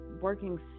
working